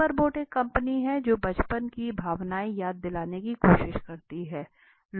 paper Boat एक कंपनी है जो बचपन की भावनाएँ याद दिलाने की कोशिश करती है